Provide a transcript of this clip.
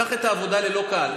קח את העבודה ללא קהל.